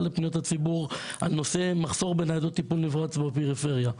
לפניות הציבור על נושא מחסור בניידות טיפול נמרץ בפריפריה.